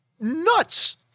nuts